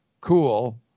cool